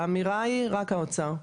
האמירה היא רק האוצר.